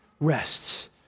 rests